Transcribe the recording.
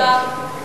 תודה.